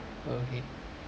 okay